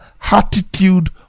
attitude